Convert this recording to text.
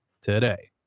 today